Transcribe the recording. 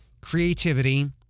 creativity